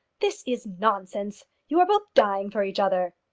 this is nonsense. you are both dying for each other.